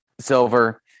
silver